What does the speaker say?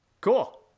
Cool